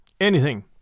Anything